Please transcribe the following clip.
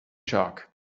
shark